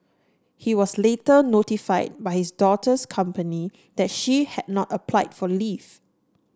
he was later notify by his daughter's company that she had not applied for leave